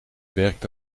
werkt